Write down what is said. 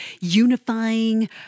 unifying